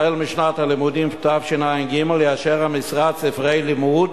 החל משנת הלימודים תשע"ג יאשר המשרד ספרי לימוד